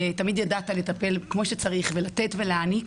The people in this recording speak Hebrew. ותמיד ידעת לטפל כפי שצריך ולתת ולהעניק.